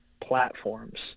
platforms